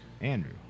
Andrew